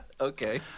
Okay